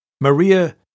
Maria